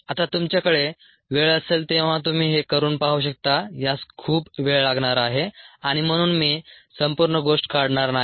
आता तुमच्याकडे वेळ असेल तेव्हा तुम्ही हे करून पाहू शकता यास खूप वेळ लागणार आहे आणि म्हणून मी संपूर्ण गोष्ट काढणार नाही